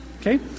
okay